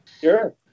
sure